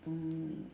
mm